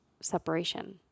separation